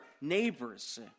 neighbors